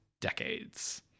decades